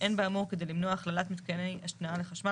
אין באמור כדי למנוע הכללת מיתקני השנאה לחשמל